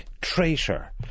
traitor